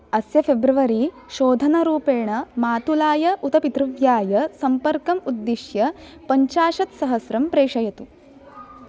अस्य फ़िब्रवरी शोधनरूपेण मातुलाय उत पितृव्याय सम्पर्कम् उद्दिश्य पञ्चाशत् सहस्रम् प्रेषयतु